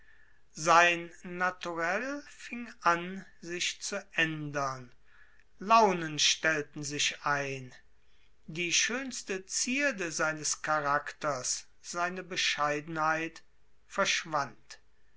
sein naturell fing an sich zu ändern launen stellten sich ein die schönste zierde seines charakters seine bescheidenheit verschwand